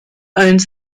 owns